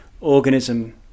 organism